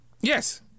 yes